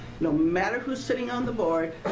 no matter who's sitting on the board,